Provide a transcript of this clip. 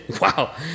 wow